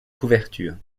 couverture